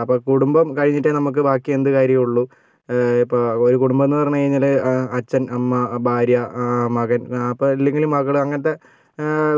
അപ്പം കുടുംബം കഴിഞ്ഞിട്ടേ നമുക്ക് ബാക്കി എന്ത് കാര്യമുള്ളൂ ഇപ്പോൾ ഒരു കുടുംബമെന്ന് പറഞ്ഞ് കഴിഞ്ഞാൽ അച്ഛൻ അമ്മ ഭാര്യ മകൻ അപ്പം ഇല്ലെങ്കിൽ ൽ മകൾ അങ്ങനത്തെ